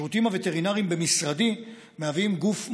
השירותים הווטרינריים במשרדי מהווים גוף מנחה,